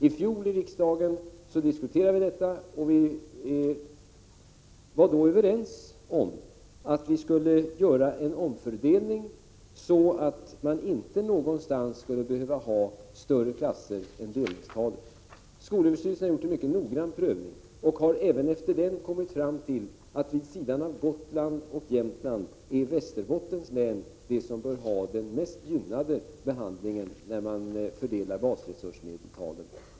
I fjol diskuterade riksdagen detta, och vi var då överens om att vi skulle göra en omfördelning så att man inte någonstans skulle behöva ha större klasser än delningstalet. Skolöverstyrelsen har gjort en mycket noggrann prövning och har efter den kommit fram till att Västerbottens län vid sidan av Gotland och Jämtland bör få den mest gynnade behandlingen när man fördelar basresursmedeltalet.